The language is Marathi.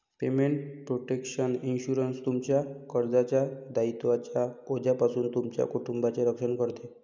पेमेंट प्रोटेक्शन इन्शुरन्स, तुमच्या कर्जाच्या दायित्वांच्या ओझ्यापासून तुमच्या कुटुंबाचे रक्षण करते